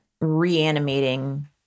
reanimating